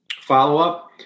follow-up